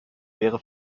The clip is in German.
wäre